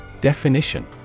Definition